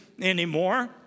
anymore